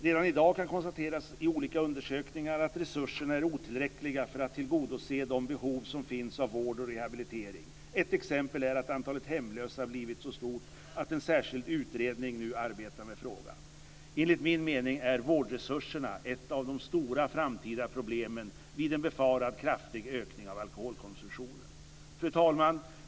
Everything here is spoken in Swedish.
Redan i dag konstateras i olika undersökningar att resurserna är otillräckliga för att tillgodose de behov som finns av vård och rehabilitering. Ett exempel är att antalet hemlösa blivit så stort att en särskilt utredning nu arbetar med frågan. Enligt min mening är vårdresurserna ett av de stora framtida problemen vid en befarad kraftig ökning av alkoholkonsumtion. Fru talman!